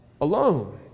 alone